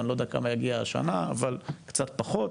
אני לא יודע כמה יגיעו השנה, אבל קצת פחות.